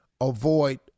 avoid